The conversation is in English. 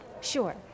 Sure